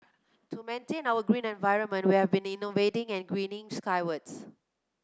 to maintain our green environment we have been innovating and greening skywards